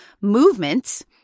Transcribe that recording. movements